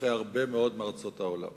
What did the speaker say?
אחרי הרבה מאוד מארצות העולם.